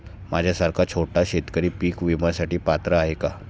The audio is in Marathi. माझ्यासारखा छोटा शेतकरी पीक विम्यासाठी पात्र आहे का?